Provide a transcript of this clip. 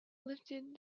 lifted